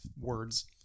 words